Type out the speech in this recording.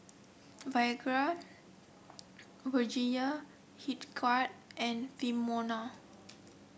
Virgia Hildegard and Filomena